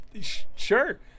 Sure